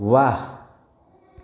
वाह